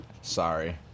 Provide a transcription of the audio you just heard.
Sorry